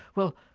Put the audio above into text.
well,